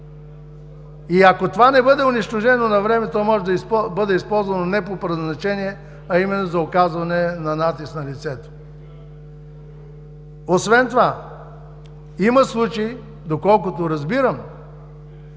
Ако това не бъде унищожено навреме, то може да бъде използвано не по предназначение, а именно за оказване на натиск на лицето. Освен това има случаи, доколкото разбирам,